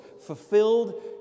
fulfilled